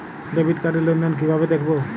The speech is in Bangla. ডেবিট কার্ড র লেনদেন কিভাবে দেখবো?